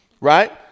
right